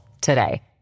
today